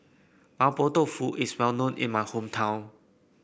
Mapo Tofu is well known in my hometown